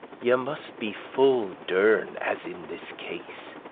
ye muste be full derne as in this case.